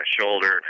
shoulder